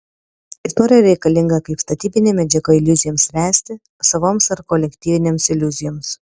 istorija reikalinga kaip statybinė medžiaga iliuzijoms ręsti savoms ar kolektyvinėms iliuzijoms